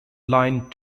line